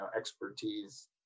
expertise